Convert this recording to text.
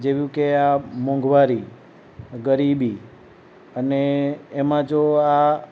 જેમકે આ મોંઘવારી ગરીબી અને એમાં જો આ